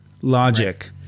logic